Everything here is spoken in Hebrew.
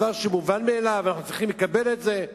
דבר מובן מאליו, אנחנו צריכים לקבל את זה,